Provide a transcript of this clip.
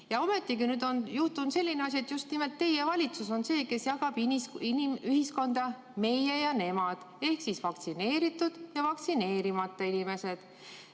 Ometigi on juhtunud selline asi, et just nimelt teie valitsus on see, kes jagab ühiskonda[, nii et oleks] "meie ja nemad" ehk siis vaktsineeritud ja vaktsineerimata inimesed.